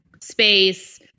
space –